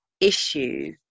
issue